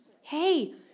Hey